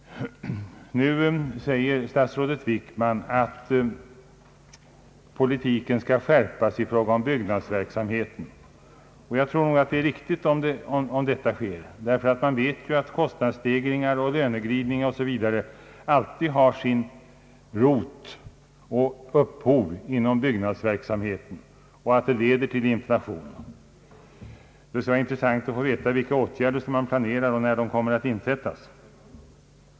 Statsrådet Wickman säger att politiken skall skärpas i fråga om byggnadsverksamheten. Jag tror att det är riktigt om så sker, ty man vet ju att kostnadsstegringar, löneglidningar m.m. alltid har sin rot och sitt upphov inom byggnadsverksamheten och att överhettning där leder till inflation. Det skulle vara intressant att få veta vilka åtgärder som planeras och när de kommer att insättas.